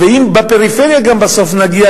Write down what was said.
ואם גם בפריפריה בסוף נגיע,